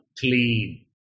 clean